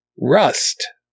Rust